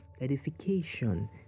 edification